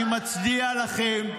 אני מצדיע לכם.